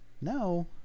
No